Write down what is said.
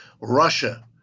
Russia